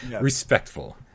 respectful